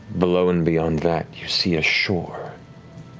below and beyond that, you see a shore.